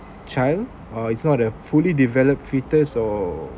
child or it's not a fully developed fetus or